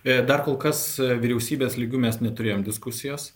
dar kol kas vyriausybės lygiu mes neturėjom diskusijos